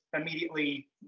immediately